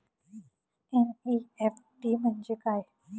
NEFT म्हणजे काय?